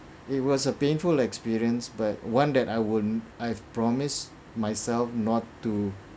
it was a painful experience but one that I won't I've promised myself not to